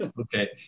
Okay